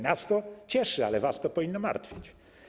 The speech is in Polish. Nas to cieszy, ale was to powinno martwić.